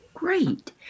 Great